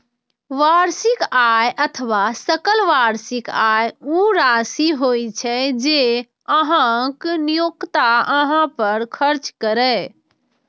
वार्षिक आय अथवा सकल वार्षिक आय ऊ राशि होइ छै, जे अहांक नियोक्ता अहां पर खर्च करैए